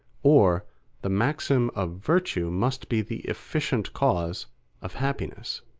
or the maxim of virtue must be the efficient cause of happiness.